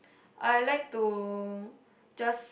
I like to just